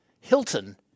Hilton